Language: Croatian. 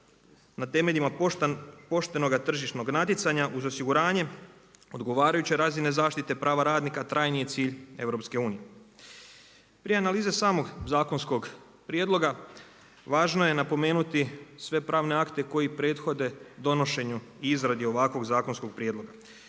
na temeljima poštenoga tržišnog natjecanja uz osiguranje, odgovarajuće razine zaštite, prava radnika trajni je cilj EU. Prije analize samog zakonskog prijedloga, važno je napomenuti sve pravne akte koji prethode donošenju i izradi ovakvog zakonskog prijedloga.